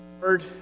Lord